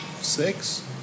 six